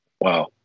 Wow